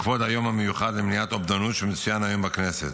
לכבוד היום המיוחד למניעת אובדנות שמצוין היום בכנסת,